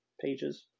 pages